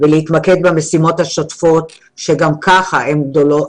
ולהתמקד במשימות השוטפות שגם כך הן רבות,